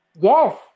Yes